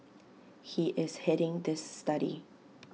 he is heading this study